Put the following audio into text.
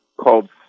called